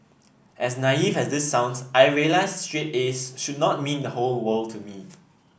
as naive as this sounds I realised straight as should not mean the whole world to me